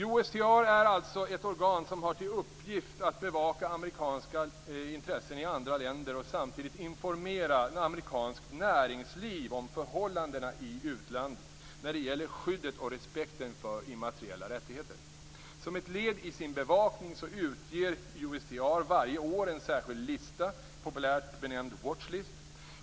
USTR är ett organ som har till uppgift att bevaka amerikanska intressen i andra länder och samtidigt informera amerikanskt näringsliv om förhållandena i utlandet när det gäller skyddet och respekten för immateriella rättigheter. Som ett led i sin bevakning utger USTR varje år en särskild lista, populärt benämnd Watch List.